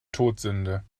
todsünde